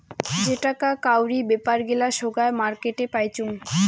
যেটাকা কাউরি বেপার গিলা সোগায় মার্কেটে পাইচুঙ